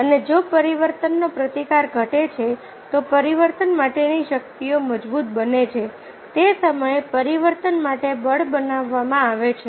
અને જો પરિવર્તનનો પ્રતિકાર ઘટે છે તો પરિવર્તન માટેની શક્તિઓ મજબૂત બને છે તે સમયે પરિવર્તન માટે બળ બનાવવામાં આવે છે